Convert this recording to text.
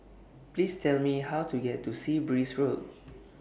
Please Tell Me How to get to Sea Breeze Road